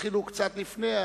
תתחילו קצת לפני,